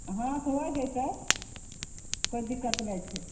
हँ तऽ होइ जैतै कोइ दिक्कत नहि छै